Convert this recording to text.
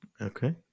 Okay